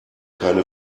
keine